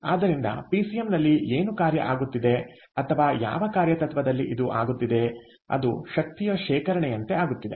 ಆದ್ದರಿಂದ ಪಿಸಿಎಂನಲ್ಲಿ ಏನು ಕಾರ್ಯ ಆಗುತ್ತಿದೆ ಅಥವಾ ಯಾವ ಕಾರ್ಯತತ್ವದಲ್ಲಿ ಇದು ಆಗುತ್ತಿದೆ ಅದು ಶಕ್ತಿಯ ಶೇಖರಣೆಯಂತೆ ಆಗುತ್ತದೆ